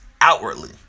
outwardly